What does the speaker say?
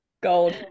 Gold